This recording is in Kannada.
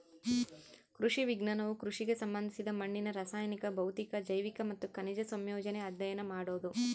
ಕೃಷಿ ವಿಜ್ಞಾನವು ಕೃಷಿಗೆ ಸಂಬಂಧಿಸಿದ ಮಣ್ಣಿನ ರಾಸಾಯನಿಕ ಭೌತಿಕ ಜೈವಿಕ ಮತ್ತು ಖನಿಜ ಸಂಯೋಜನೆ ಅಧ್ಯಯನ ಮಾಡೋದು